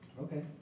Okay